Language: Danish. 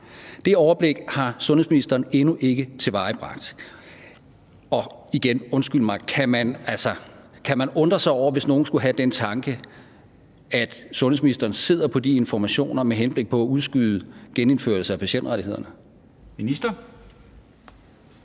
Det overblik har sundhedsministeren endnu ikke tilvejebragt. Og igen, undskyld mig: Kan man undre sig over, hvis nogen skulle have den tanke, at sundhedsministeren sidder på de informationer med henblik på at udskyde genindførelse af patientrettighederne? Kl.